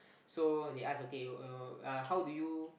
so they ask okay you know uh how do you